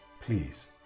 Please